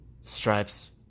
Stripes